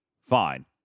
fine